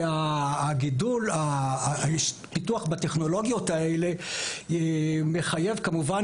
הגידול והפיתוח בטכנולוגיות האלה מחייב כמובן